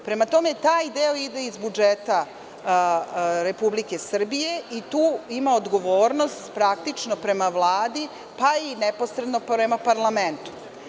Prema tome, taj deo ide iz budžeta Republike Srbije i tu ima odgovornost praktično prema Vladi, pa i neposredno prema parlamentu.